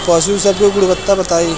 पशु सब के गुणवत्ता बताई?